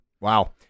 Wow